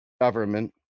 government